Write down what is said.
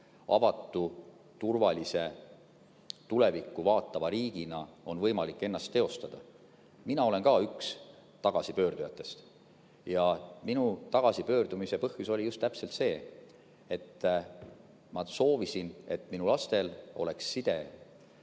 avatud, turvalises ja tulevikku vaatavas riigis on võimalik ennast teostada. Mina olen ka üks tagasipöördujatest ja minu tagasipöördumise põhjus oli just see, et ma soovisin, et minu lastel oleks tugev